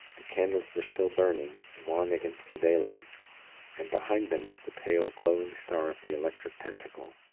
the candles were still burning, wan against the daylight and behind them was the pale, glowing star of the electric pentacle.